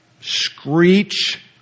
screech